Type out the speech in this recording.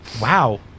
Wow